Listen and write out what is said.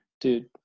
Dude